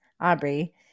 Aubrey